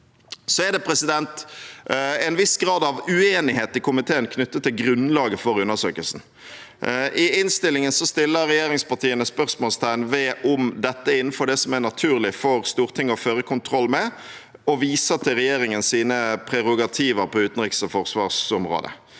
av landet. Det er en viss grad av uenighet i komiteen knyttet til grunnlaget for undersøkelsen. I innstillingen setter regjeringspartiene spørsmålstegn ved om dette er innenfor det som er naturlig for Stortinget å føre kontroll med, og viser til regjeringens prerogativer på utenriks- og forsvarsområdet.